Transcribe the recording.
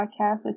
podcast